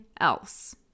else